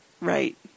Right